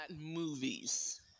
movies